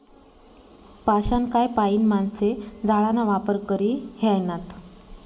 पाषाणकाय पाईन माणशे जाळाना वापर करी ह्रायनात